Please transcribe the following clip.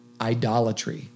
idolatry